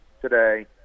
today